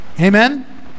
amen